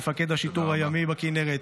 מפקד השיטור הימי בכינרת,